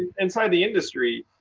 inside the industry,